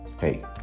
Hey